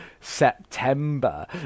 september